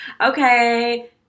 Okay